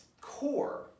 core